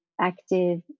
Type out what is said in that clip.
active